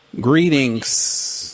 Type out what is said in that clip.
Greetings